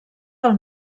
del